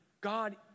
God